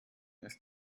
ist